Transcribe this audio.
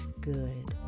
good